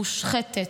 מושחתת.